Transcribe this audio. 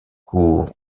cours